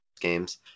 games